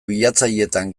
bilatzaileetan